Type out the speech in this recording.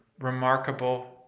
remarkable